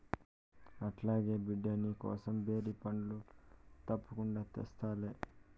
అట్లాగే బిడ్డా, నీకోసం బేరి పండ్లు తప్పకుండా తెస్తాలే